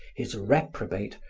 his reprobate,